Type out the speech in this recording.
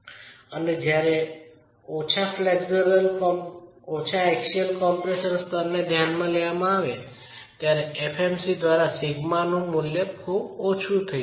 અને જ્યારે નીચા એક્સિયલ કમ્પ્રેશન સ્તરને ધ્યાનમાં લેવામાં આવે છો ત્યારે f mc દ્વારા સિગ્માનું મૂલ્ય ખૂબ ઓછું હોઈ શકે છે